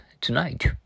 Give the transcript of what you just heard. tonight